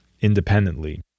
independently